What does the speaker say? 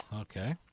Okay